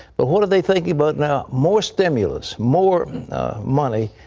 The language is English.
but what are they thinking about now? more stimulus, more money.